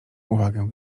uwagę